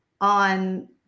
on